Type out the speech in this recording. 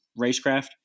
racecraft